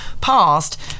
passed